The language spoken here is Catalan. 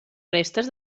restes